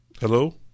Hello